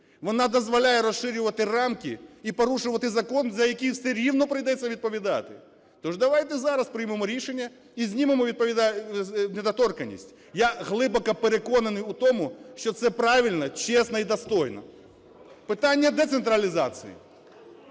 вона дозволяє розширювати рамки і порушувати закон, за який все рівно прийдеться відповідати. То ж давайте зараз приймемо рішення і знімемо недоторканність. Я глибоко переконаний в тому, що це правильно, чесно і достойно. Питання децентралізації.